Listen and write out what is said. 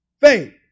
Faith